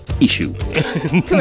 Issue